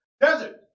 desert